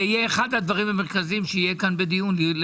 זה יהיה אחד הדברים המרכזיים שיעלו כאן בדיון.